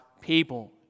people